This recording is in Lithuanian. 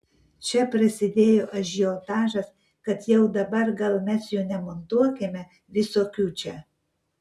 čia prasidėjo ažiotažas kad jau dabar gal mes jų nemontuokime visokių čia